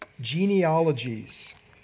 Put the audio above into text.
Genealogies